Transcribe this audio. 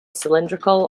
cylindrical